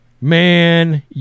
man